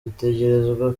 dutegerezwa